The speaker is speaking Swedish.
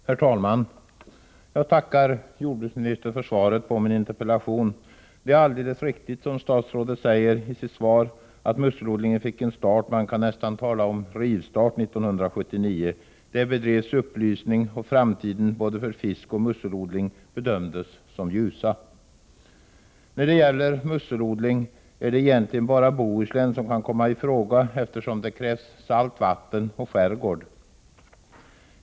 Herr talman! Jag tackar jordbruksministern för svaret på min interpellation. Det är alldeles riktigt, som statsrådet säger i sitt svar, att musselodlingen fick en start — man kan nästan tala om rivstart — 1979. Det bedrevs upplysning, och framtiden både för fiskoch för musselodling bedömdes som ljus. När det gäller musselodling är det egentligen bara Bohuslän som kan komma i fråga, eftersom det för sådan odling krävs salt vatten och skärgård.